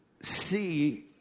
see